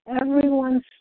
everyone's